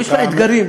ויש לך אתגרים,